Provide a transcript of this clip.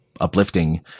uplifting